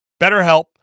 BetterHelp